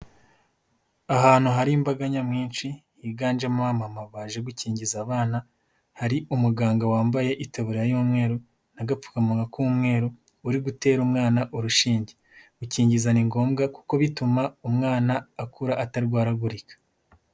Ahantu hari imbaga nyamwinshi, higanjemo abamama baje gukingiza abana, hari umuganga wambaye itaburiya y'umweru n'agapfukamunwa k'umweru, uri gutera umwana urushinge, gukingiza ni ngombwa, kuko bituma umwana akura atarwaragurika.